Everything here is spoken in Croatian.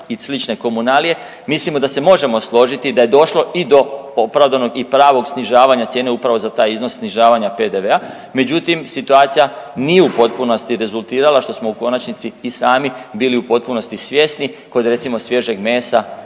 i slične komunalije mislimo da se možemo složiti da je došlo i do opravdanog i pravog snižavanja cijene upravo za taj iznos snižavanja PDV-a, međutim situacija nije u potpunosti rezultira što smo u konačnici i sami bili u potpunosti svjesni kod recimo svježeg mesa,